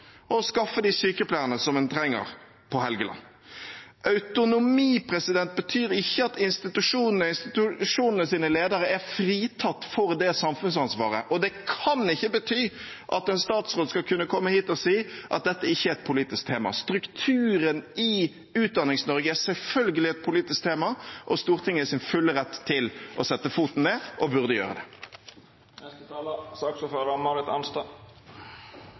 og å skaffe de sykepleierne man trenger på Helgeland. Autonomi betyr ikke at institusjonenes ledere er fritatt for det samfunnsansvaret, og det kan ikke bety at en statsråd skal kunne komme hit og si at dette ikke er et politisk tema. Strukturen i Utdannings-Norge er selvfølgelig et politisk tema, og Stortinget er i sin fulle rett til å sette foten ned – og burde gjøre det. Jeg forstår at representanten Melby er